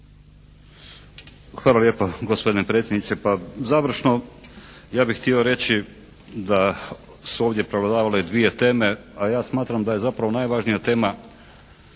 Hvala lijepa gospodine predsjedniče. Pa završno ja bih htio reći da su ovdje … /Govornik se ne razumije./ … teme, a ja smatram da je zapravo najvažnija tema